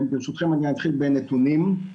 ברשותכם, אני אתחיל בנתונים.